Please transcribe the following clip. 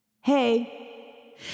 hey